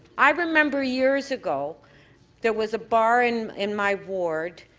i remember years ago there was a bar in in my ward